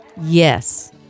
yes